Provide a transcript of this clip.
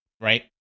right